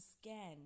scan